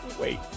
Wait